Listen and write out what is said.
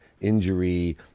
injury